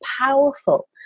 powerful